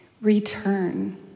Return